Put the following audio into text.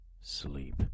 Sleep